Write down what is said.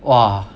!wah!